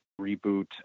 reboot